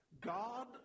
God